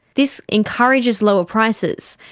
this encourages lower prices,